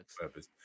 purpose